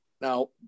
Now